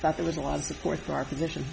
thought there was a lot of support for our position